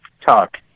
Talk